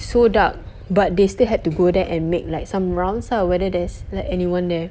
so dark but they still had to go there and make like some rounds lah whether there's like anyone there